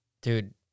Dude